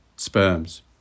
Sperms